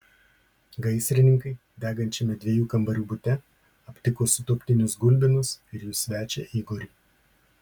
gaisrininkai degančiame dviejų kambarių bute aptiko sutuoktinius gulbinus ir jų svečią igorį